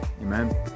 Amen